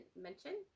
mention